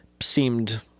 seemed